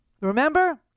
Remember